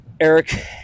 Eric